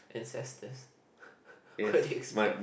ancestors what did expect